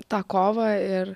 tą kovą ir